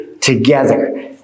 together